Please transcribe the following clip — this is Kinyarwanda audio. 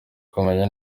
kumenya